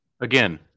Again